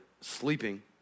sleeping